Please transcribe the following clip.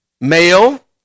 male